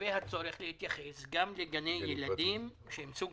לגבי הצורך להתייחס גם לגני הילדים שהם סוג